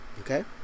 okay